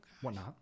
whatnot